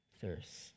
thirst